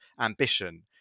ambition